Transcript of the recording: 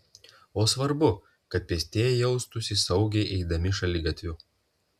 o svarbu kad pėstieji jaustųsi saugiai eidami šaligatviu